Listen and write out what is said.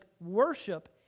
worship